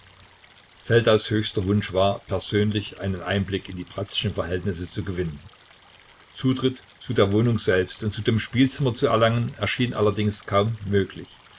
feldaus höchster wunsch war persönlich einen einblick in die bratzschen verhältnisse zu gewinnen zutritt zu der wohnung selbst und zu dem spielzimmer zu erlangen erschien allerdings kaum möglich